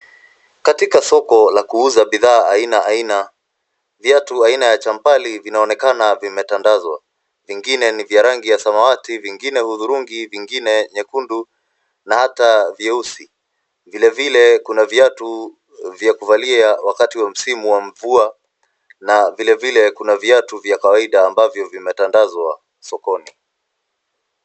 Katika soko la kuuza bidhaa aina aina, viatu aina ya champali vinaonekana vimetandazwa. Vingine ni vya rangi ya samawati, vingine hudhuringi, vingine nyekundu na hata vyeusi. Vile vile kuna viatu vya kuvalia wakati wa msimu wa mvua na vile vile kuna viatu vya kawaida ambavyo vimetandazwa sokoni.